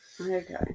Okay